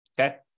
Okay